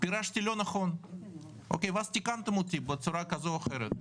פירשתי לא נכון ואז תיקנתם אותי בצורה כזו או אחרת.